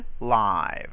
live